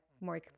more